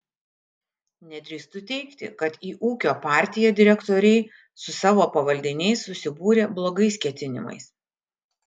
nedrįstu teigti kad į ūkio partiją direktoriai su savo pavaldiniais susibūrė blogais ketinimais